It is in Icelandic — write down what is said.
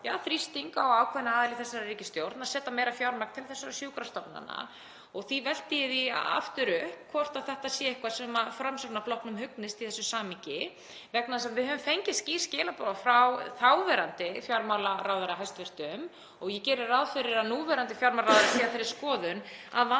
þrýsting á ákveðna aðila í þessari ríkisstjórn um að setja meira fjármagn til þessara sjúkrastofnana. Því velti ég því aftur upp hvort það sé eitthvað sem Framsóknarflokknum hugnist í þessu samhengi vegna þess að við höfum fengið skýr skilaboð frá þáverandi hæstv. fjármálaráðherra um það, og ég geri ráð fyrir að núverandi fjármálaráðherra sé á þeirri skoðun, að vandi